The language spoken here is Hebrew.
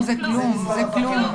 זה כלום.